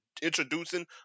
introducing